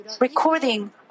recording